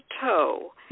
toe